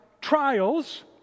trials